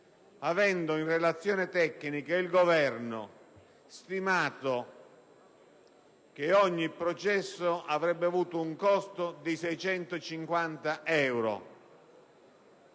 nella relazione tecnica, ha stimato che ogni processo avrebbe avuto un costo di 650 euro,